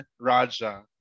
Raja